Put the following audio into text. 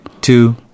two